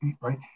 right